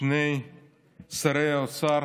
שני שרי אוצר